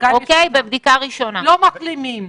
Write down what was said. בדיקה ראשונה, לא מחלימים.